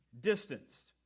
distanced